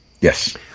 Yes